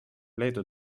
leedu